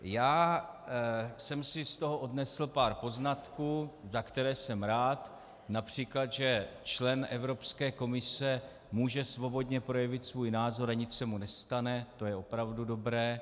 Já jsem si z toho odnesl pár poznatků, za které jsem rád, například, že člen Evropské komise může svobodně projevit svůj názor a nic se mu nestane, to je opravdu dobré.